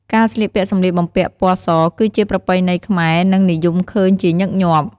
ការស្លៀកពាក់សម្លៀកបំពាក់ពណ៌សគឺជាប្រពៃណីខ្មែរនិងនិយមឃើញជាញឹកញាប់។